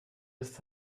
ist